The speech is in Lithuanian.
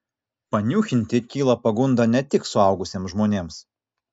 paniūchinti kyla pagunda ne tik suaugusiems žmonėms